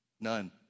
None